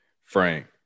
Frank